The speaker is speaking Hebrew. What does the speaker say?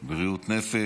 בריאות נפש,